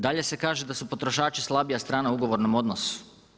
Dalje se kaže da su potrošači slabija strana u ugovornom donosu.